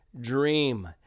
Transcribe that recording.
dream